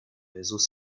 réseaux